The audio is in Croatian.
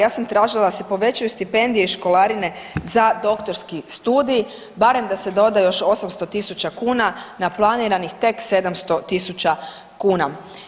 Ja sam tražila da se povećaju stipendije i školarine za doktorski studij, barem da se doda još 800 000 kuna na planiranih tek 700 000 kuna.